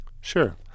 Sure